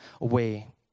away